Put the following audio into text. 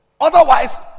Otherwise